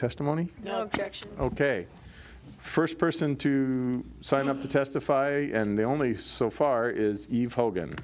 testimony ok first person to sign up to testify and the only so far is ev